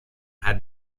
had